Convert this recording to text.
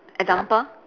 example